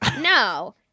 No